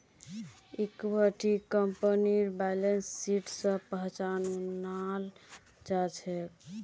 इक्विटीक कंपनीर balance sheet स पहचानाल जा छेक